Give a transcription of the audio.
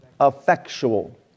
Effectual